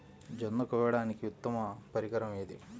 జొన్న కోయడానికి ఉత్తమ పరికరం ఏది?